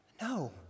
No